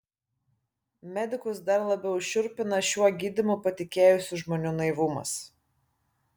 medikus dar labiau šiurpina šiuo gydymu patikėjusių žmonių naivumas